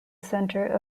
center